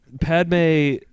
Padme